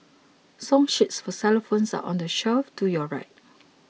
song sheets for xylophones are on the shelf to your right